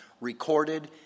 recorded